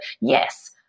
yes